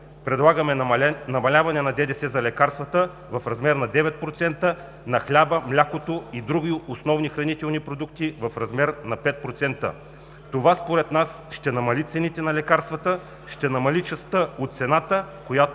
Предлагаме намаляване на ДДС за лекарствата в размер на 9%, на хляба, млякото и другите основни хранителни продукти в размер на 5%. Според нас това ще намали цените на лекарствата, ще намали частта от цената, която